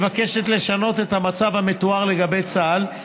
מוצע לשנות את המצב המתואר לגבי צה"ל.